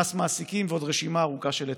מס מעסיקים ועוד רשימה ארוכה של היטלים.